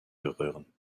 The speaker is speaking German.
berühren